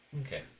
Okay